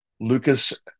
Lucas